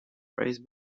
phrase